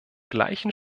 gleichen